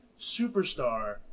superstar